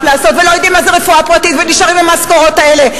ולא יודעים מה זה רפואה פרטית ונשארים עם המשכורות האלה,